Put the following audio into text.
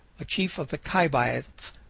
a chief of the kaibabits,